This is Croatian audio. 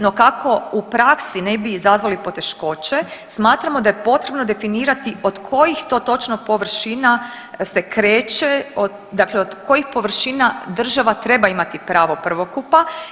No, kako u praksi ne bi izazvali poteškoće smatramo da je potrebno definirati od kojih to točno površina se kreće, dakle od koji površina država treba imati pravo prvokupa.